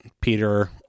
Peter